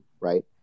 right